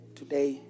today